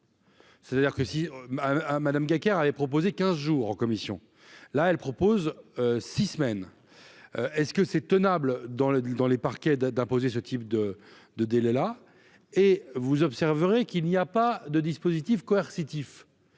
C'est-à-dire que si un hein Madame Kakar avait proposé 15 jours en commission, là, elle propose 6 semaines est-ce que c'est tenable dans le dans les parquets de d'imposer ce type de de délai là et vous observerez qu'il n'y a pas de dispositif coercitif,